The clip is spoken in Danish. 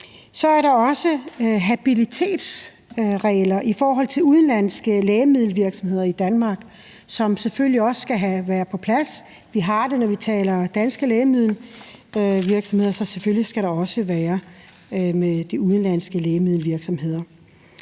Så er der også habilitetsregler i forhold til udenlandske lægemiddelvirksomheder i Danmark, som selvfølgelig også skal være på plads. Vi har de regler, når vi taler om danske lægemiddelvirksomheder, så selvfølgelig skal der også være det i forbindelse med de udenlandske lægemiddelvirksomheder.